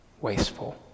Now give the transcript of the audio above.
wasteful